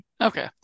okay